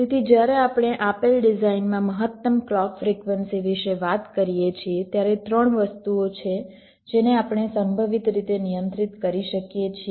તેથી જ્યારે આપણે આપેલ ડિઝાઇનમાં મહત્તમ ક્લૉક ફ્રીક્વન્સી વિશે વાત કરીએ છીએ ત્યારે 3 વસ્તુઓ છે જેને આપણે સંભવિત રીતે નિયંત્રિત કરી શકીએ છીએ